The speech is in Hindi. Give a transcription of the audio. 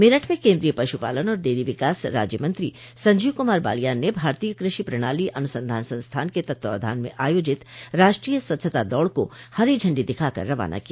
मेरठ में केन्द्रीय पश् पालन और डेरी विकास राज्य मंत्री संजीव कुमार बालियान ने भारतीय कृषि प्रणाली अनुसंधान संस्थान के तत्वावधान में आयोजित राष्ट्रीय स्वच्छता दौड़ को हरी झंडी दिखाकर रवाना किया